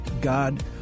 God